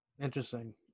Interesting